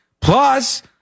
Plus